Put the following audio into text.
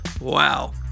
Wow